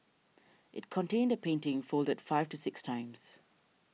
it contained a painting folded five to six times